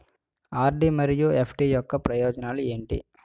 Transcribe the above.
RD మరియు FD యొక్క ప్రయోజనాలు ఏంటి?